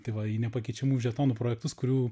tai va į nepakeičiamų žetonų projektus kurių